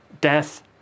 death